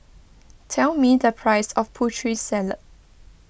tell me the price of Putri Salad